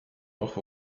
auch